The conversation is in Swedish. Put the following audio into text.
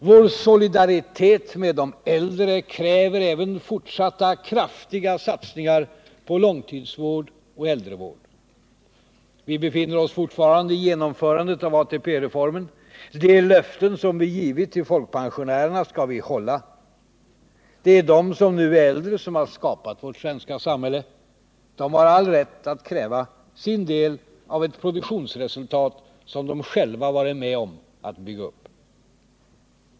Vår solidaritet med de äldre kräver även fortsatta kraftiga satsningar på långtidsvård och äldrevård. Vi befinner oss fortfarande i genomförandeskedet av ATP-reformen. De löften som vi givit till folkpensionärerna skall vi hålla. Det är de som nu är äldre som har skapat vårt svenska samhälle. De har all rätt att kräva sin del av ett produktionsresultat som de själva varit med om att bygga upp.